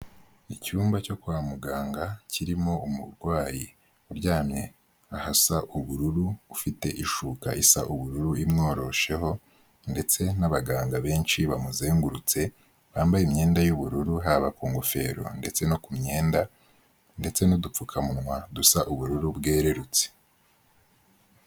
Icyumba cyo kwa muganga kirimo umurwayi uryamye ahasa ubururu ufite ishuka isa ubururu imworosheho ndetse n'abaganga benshi bamuzengurutse bambaye imyenda y'ubururu haba ku ngofero ndetse no ku myenda ndetse n'udupfukamunwa dusa ubururu bwererutse.